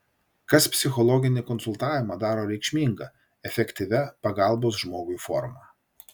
kas psichologinį konsultavimą daro reikšminga efektyvia pagalbos žmogui forma